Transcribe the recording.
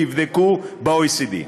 תבדקו ב-OECD.